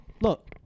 Look